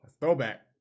throwback